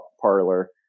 parlor